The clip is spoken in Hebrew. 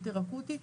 יותר אקוטי,